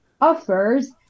offers